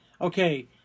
okay